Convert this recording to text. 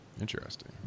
Interesting